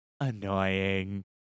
annoying